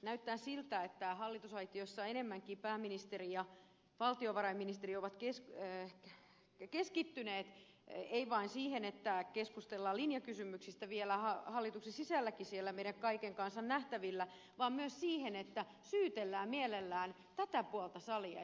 näyttää siltä että hallitusaitiossa enemmänkin pääministeri ja valtionvarainministeri ovat keskittyneet eivät vain siihen että keskustellaan linjakysymyksistä vielä hallituksen sisälläkin siellä meidän kaiken kansan nähtävillä vaan myös siihen että syytellään mielellään tätä puolta salia